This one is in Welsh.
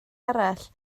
arall